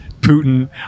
putin